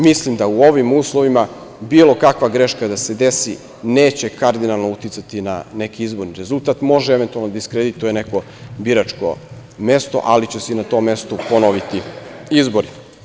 Mislim da u ovom uslovima, bilo kakva greška da se desi neće kardinalno uticati na neki izborni rezultat, eventualno može da diskredituje neko biračko mesto, ali će se na tom mestu ponoviti izbori.